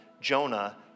Jonah